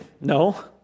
no